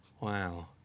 Wow